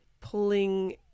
pulling